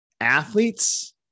athletes